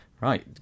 Right